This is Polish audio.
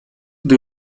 gdy